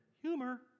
humor